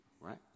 Right